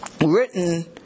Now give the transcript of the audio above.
written